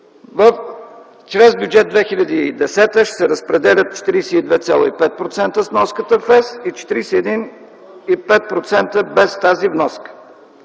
Чрез Бюджета 2010 ще се разпределят 32,5% с вноската в ЕС и 41,5% без тази вноска.